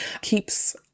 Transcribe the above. keeps